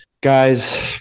Guys